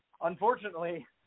unfortunately